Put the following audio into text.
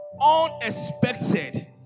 Unexpected